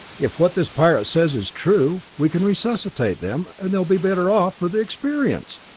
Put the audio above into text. if what this pirate says is true, we can resuscitate them, and they'll be better off for the experience!